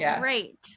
great